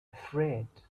afraid